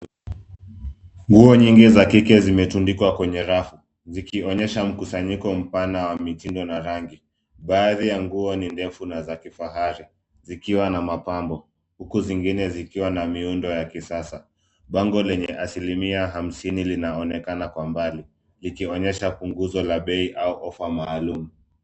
Nguo nyingi za kike zimetundikwa kwenye rafu zikionyesha mkusanyiko mpana wa mitindo na rangi. Baadhi ya nguo ni ndefu na za kifahari zikiwa na mapambo huku zingine zikiwa na miundo ya kisasa. Bango lenye asilimia hamsini linaonekana kwa mbali likionyesha punguzo la bei au ofa maalum.